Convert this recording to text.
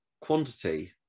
quantity